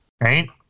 right